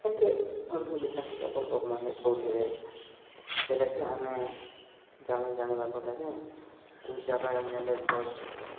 ଏମିତି ଅନ୍ଧବିଶ୍ୱାସ ଯାକ ଲୋକମାନେ କହୁଥିବେ ସେଟାକି ଆମେ ଜାଣିବା କଥାରେ କେଉଁ ଜାଗାରେ ନେଲେ ଭଲ